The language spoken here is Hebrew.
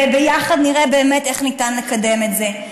וביחד נראה באמת איך ניתן לקדם את זה.